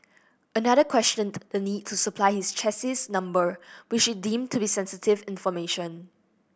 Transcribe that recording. another questioned the need to supply his chassis number which he deemed to be sensitive information